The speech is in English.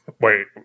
Wait